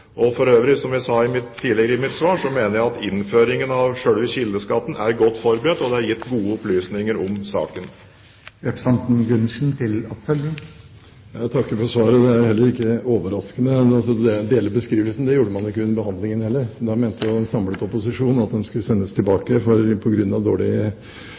og rettferdig. For øvrig mener jeg, som jeg sa tidligere i mitt svar, at innføringen av selve kildeskatten er godt forberedt, og det er gitt gode opplysninger om saken. Jeg takker for svaret. Det er ikke overraskende når det gjelder beskrivelsen, det var det ikke under behandlingen heller. Da mente en samlet opposisjon at saken skulle sendes tilbake på grunn av dårlige